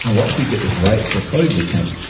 and once we get this right for coding boot camps,